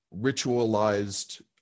ritualized